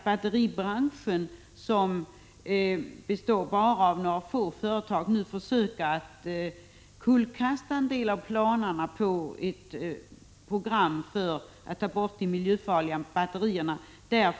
Batteribranschen, som består av bara några få företag, försöker nu kullkasta en del av planerna på ett program för att ta bort en del av de miljöfarliga batterierna.